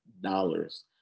dollars